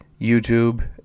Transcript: YouTube